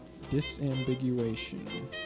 Disambiguation